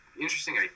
interesting